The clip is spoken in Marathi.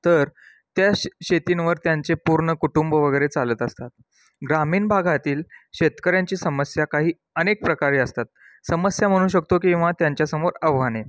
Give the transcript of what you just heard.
तर त्या शे शेतींवर त्यांचे पूर्ण कुटुंब वगैरे चालत असतात ग्रामीण भागातील शेतकऱ्यांची समस्या काही अनेक प्रकारे असतात समस्या म्हणू शकतो किंवा त्यांच्यासमोर आव्हाने